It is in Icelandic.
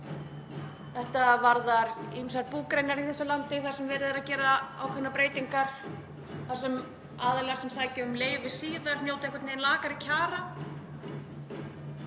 Þetta varðar ýmsar búgreinar í þessu landi þar sem verið er að gera ákveðnar breytingar þar sem aðilar sem sækja um leyfi síðar njóta einhvern veginn lakari kjara.